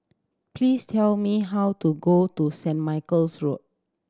please tell me how to go to Saint Michael's Road